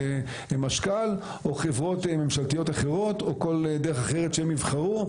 משכ"ל או חברות מממשלתיות אחרות או כל דרך אחרת שהם יבחרו.